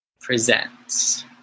Presents